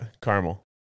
caramel